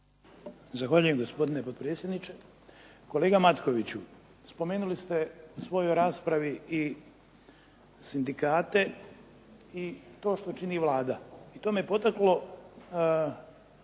Zahvaljujem gospodine potpredsjedniče. Kolega Matkoviću, spomenuli ste u svojoj raspravi i sindikate i to što čini Vlada i to me potaklo